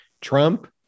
Trump